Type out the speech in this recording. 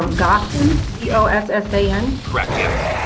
gossan, g o s s a n? correct yes.